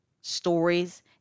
stories